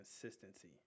consistency